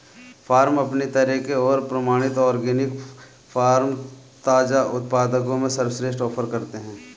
farm अपनी तरह के और प्रमाणित ऑर्गेनिक फ़ार्म ताज़ा उत्पादों में सर्वश्रेष्ठ ऑफ़र करते है